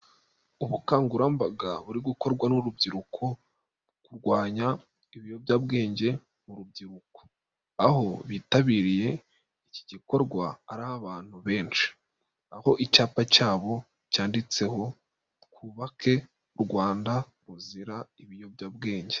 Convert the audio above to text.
Ubukangurambaga buri gukorwa n'urubyiruko, kurwanya ibiyobyabwenge mu rubyiruko, aho bitabiriye iki gikorwa ari abantu benshi, aho icyapa cyabo cyanditseho, twubake u Rwanda ruzira ibiyobyabwenge.